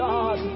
God